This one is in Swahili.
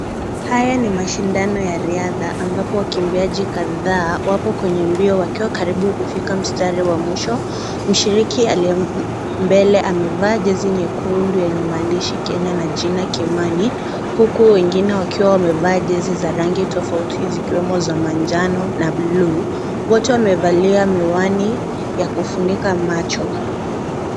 Haya ni mashindano ya riadha ambapo wakimbiaji kadhaa wako karibu kufika mstari wa mwisho. Mshiriki aliye mbele amevaa jezi nyekundu yenye maandishi Kenya na jina Kimani huku wengine wakiwa wamevaa jezi za rangi tofauti zikiwemo za manjano na buluu. Wote wamevalia miwani ya kufunika macho.